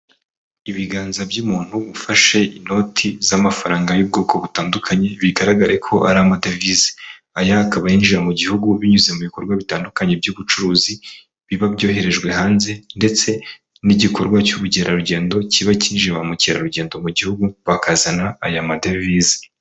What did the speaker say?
Ibiganza by'umuntu ufashe inoti z'amafaranga y'ubwoko butandukanye bigaraga ko ari amadevize, aya akaba yinjira mu gihugu binyuze mu bikorwa bitandukanye by'ubucuruzi biba byoherejwe hanze ndetse n'igikorwa cy'ubukerarugendo kiba kinjije ba mukerarugendo mu gihugu bakazana aya madevize.